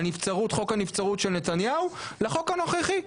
נבצרות חוק הנבצרות של נתניהו לחוק הנוכחי,